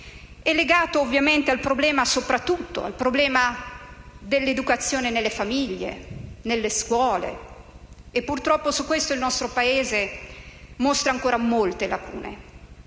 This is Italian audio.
è legato soprattutto al problema dell'educazione nelle famiglie e nelle scuole, e purtroppo su questo il nostro Paese mostra ancora molte lacune.